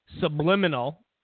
subliminal